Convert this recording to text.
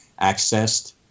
accessed